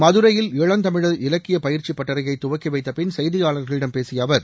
மதுரையில் இளந்தமிழர் இலக்கிய பயிற்சி பட்டறையைத் துவக்கி வைத்த பின் செய்தியாளர்களிடம் பேசிய அவர்